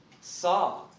saw